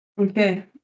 Okay